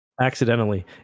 accidentally